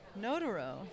Notaro